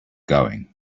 going